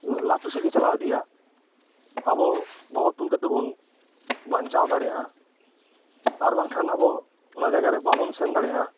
ᱞᱟᱹᱴᱩ ᱥᱮᱫᱜᱮ ᱪᱟᱞᱟᱣ ᱤᱫᱤᱜᱼᱟ ᱟᱵᱚ ᱵᱚᱦᱚᱜᱛᱩᱞ ᱠᱟᱛᱮᱫ ᱵᱩᱱ ᱵᱟᱧᱪᱟᱣ ᱫᱟᱲᱮᱭᱟᱜᱼᱟ ᱟᱨ ᱵᱟᱝᱠᱷᱟᱱ ᱟᱵᱚ ᱚᱱᱟ ᱡᱟᱭᱜᱟᱨᱮ ᱵᱟᱵᱚᱱ ᱥᱮᱱᱫᱟᱲᱮᱭᱟᱜᱼᱟ